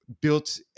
built